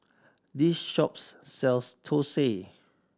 this shop sells thosai